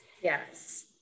Yes